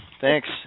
Thanks